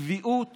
הצביעות